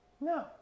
No